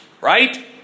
right